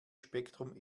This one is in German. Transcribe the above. spektrum